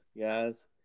guys